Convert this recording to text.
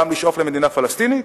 גם לשאוף למדינה פלסטינית,